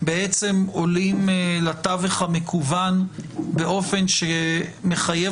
בעצם עולים לתווך המקוון באופן שמחייב